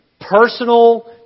personal